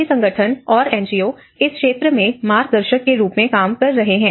सभी संगठन और एनजीओ इस क्षेत्र में मार्ग दर्शक के रूप में काम कर रहे हैं